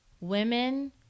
women